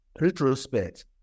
retrospect